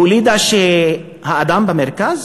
הולידה שהאדם במרכז,